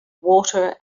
water